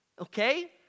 Okay